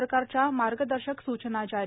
सरकारच्या मार्गदर्शक सूचना जारी